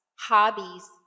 hobbies